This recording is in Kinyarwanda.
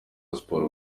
siporo